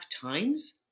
times